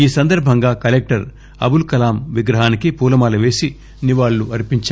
ఈ సంద్బంగా కలెక్టర్ అబుల్ కలాం విగ్రహానికి పూలమాల పేసి నివాళులు అర్పించారు